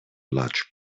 large